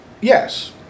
yes